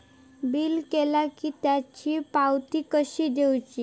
Bill केला की त्याची पावती कशी घेऊची?